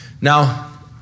Now